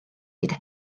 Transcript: gyda